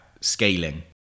scaling